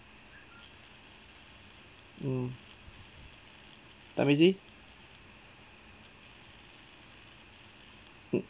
mm mm